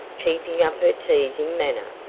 keeping up her teasing manner.